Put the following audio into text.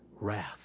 Wrath